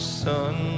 sun